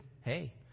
Hey